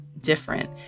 different